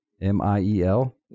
M-I-E-L